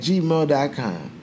gmail.com